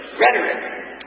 rhetoric